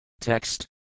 Text